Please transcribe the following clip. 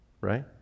right